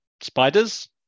Spiders